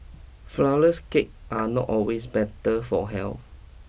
flourless cake are not always better for health